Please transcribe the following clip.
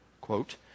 quote